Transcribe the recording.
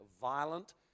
violent